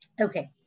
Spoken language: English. Okay